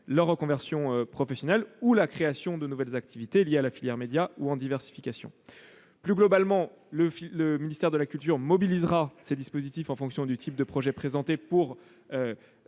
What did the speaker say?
leur reconversion professionnelle, de la création de nouvelles activités liées à la filière média ou de diversification. Plus globalement, le ministère de la culture mobilisera ses dispositifs en fonction du type de projet présenté pour